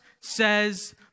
says